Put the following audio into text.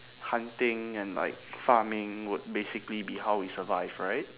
hunting and like farming would basically be how we survive right